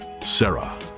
Sarah